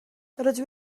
rydw